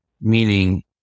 Meaning